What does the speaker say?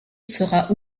sera